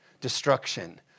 destruction